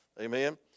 Amen